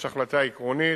יש החלטה עקרונית,